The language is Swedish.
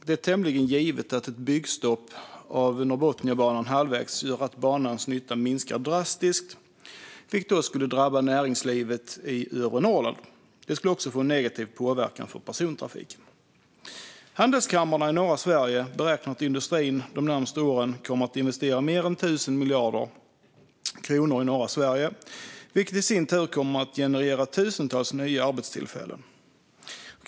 Det är tämligen givet att ett byggstopp halvvägs av Norrbotniabanan gör att banans nytta drastiskt minskar, vilket skulle drabba näringslivet i övre Norrland. Det skulle också få en negativ påverkan för persontrafiken. Handelskammaren i norra Sverige beräknar att industrin under de närmaste åren kommer att investera mer än 1 000 miljarder kronor i norra Sverige, vilket i sin tur kommer att generera tusentals nya arbetstillfällen.